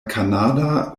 kanada